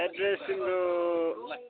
address तिम्रो